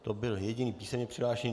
To byl jediný písemně přihlášený.